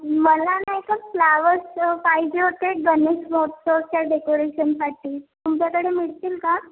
मला नाही का फ्लावर्स पाहिजे होते गणेश महोत्सवच्या डेकोरेशनसाठी तुमच्याकडे मिळतील का